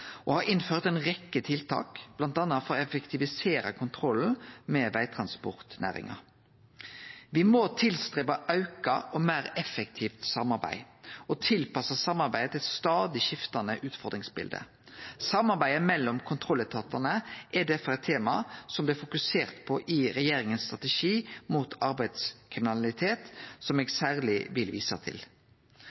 og har innført ei rekkje tiltak bl.a. for å effektivisere kontrollen med vegtransportnæringa. Me må ta sikte på eit auka og meir effektivt samarbeid og tilpasse samarbeidet til eit stadig skiftande utfordringsbilde. Samarbeidet mellom kontrolletatane er derfor eit tema som det er fokusert på i regjeringas strategi mot arbeidslivskriminalitet, som eg særleg vil vise til.